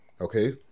Okay